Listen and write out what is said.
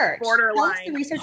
borderline